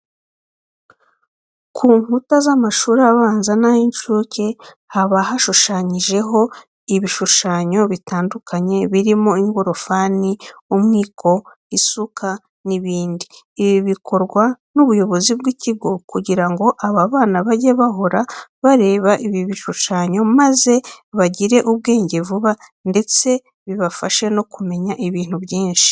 Ku nkuta z'amashuri abanza n'ay'incuke haba hashushanyijeho ibishushanyo bitandukanye birimo ingorofani, umwiko isuka n'ibindi. Ibi bikorwa n'ubuyobozi bw'ikigo kugira ngo aba bana bajye bahora bareba ibi bishushanyo maze bagire ubwenge vuba ndetse bibafashe no kumenya ibintu byinshi.